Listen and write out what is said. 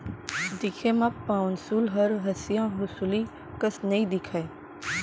दिखे म पौंसुल हर हँसिया हँसुली कस नइ दिखय